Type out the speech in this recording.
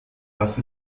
dass